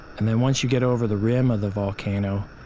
and then once you get over the rim of the volcano,